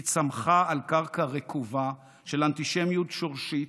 היא צמחה על קרקע רקובה של אנטישמיות שורשית,